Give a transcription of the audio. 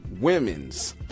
women's